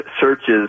searches